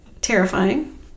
terrifying